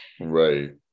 Right